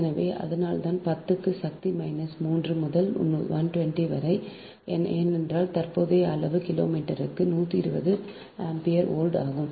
எனவே அதனால்தான் 10 க்கு சக்தி மைனஸ் 3 முதல் 120 வரை ஏனென்றால் தற்போதைய அளவு கிலோமீட்டருக்கு 120 ஆம்பியர் வோல்ட் ஆகும்